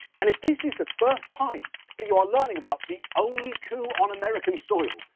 and if this is the first time that you are learning about the only coup on american soil,